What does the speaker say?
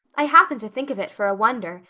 i happened to think of it, for a wonder.